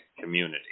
community